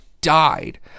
died